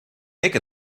make